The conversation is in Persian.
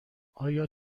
آیا